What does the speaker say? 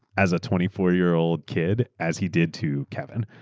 as a twenty four year old kid, as he did to kevin.